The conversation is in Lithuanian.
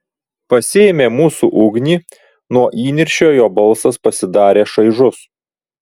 pasiėmė mūsų ugnį nuo įniršio jo balsas pasidarė šaižus